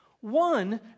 One